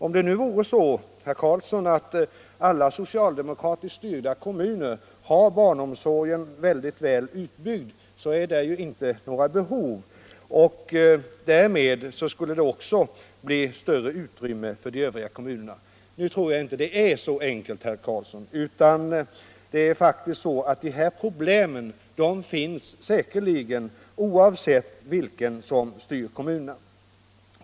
Om det nu vore så, herr Karlsson i Huskvarna, att alla socialdemokratiskt styrda kommuner hade barnomsorgen väldigt väl utbyggd, så funnes ju där inga behov, och därmed skulle det bli större utrymme för de övriga kommunerna. Nu tror jag inte att det är så enkelt, herr Karlsson, utan de här problemen finns säkerligen oavsett vem som styr kommunen.